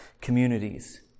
communities